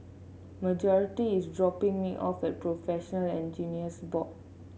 Marjory is dropping me off at Professional Engineers Board